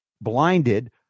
blinded